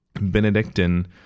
Benedictine